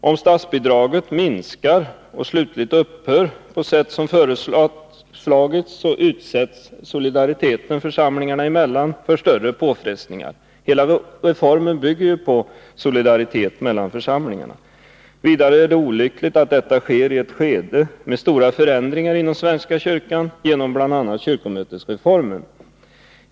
Om statsbidraget minskar och slutligen upphör på sätt som föreslagits, utsätts solidariteten församlingarna emellan för större påfrestningar. Hela reformen bygger ju på solidaritet mellan församlingarna. Vidare är det olyckligt att detta sker i ett skede med stora förändringar inom svenska kyrkan genom bl.a. kyrkomötesreformen.